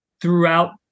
throughout